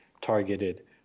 targeted